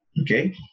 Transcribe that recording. Okay